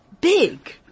big